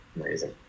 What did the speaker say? Amazing